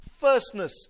firstness